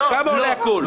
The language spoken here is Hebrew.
כמה עולה הכול?